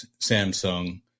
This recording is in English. Samsung